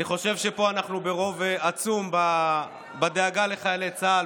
אני חושב שפה אנחנו ברוב עצום בדאגה לחיילי צה"ל,